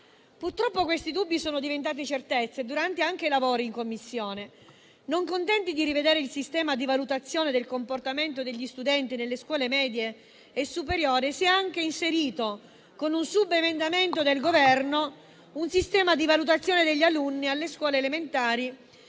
Purtroppo questi dubbi sono diventati certezze anche durante i lavori in Commissione. Non contenti di rivedere il sistema di valutazione del comportamento degli studenti nelle scuole medie e superiori, si è anche inserito, con un subemendamento del Governo, un sistema di valutazione degli alunni alle scuole elementari